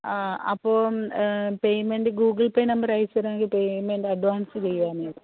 ആ അപ്പം payment Google Pay number അയച്ചു തരാമെങ്കിൽ പേയ്മെൻറ് അഡ്വാൻസ് ചെയ്യാനായി